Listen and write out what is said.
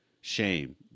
shame